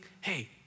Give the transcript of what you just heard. hey